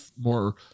more